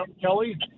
Kelly